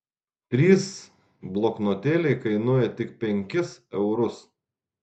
trys bloknotėliai kainuoja tik penkis eurus